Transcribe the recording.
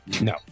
No